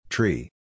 Tree